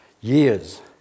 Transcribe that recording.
years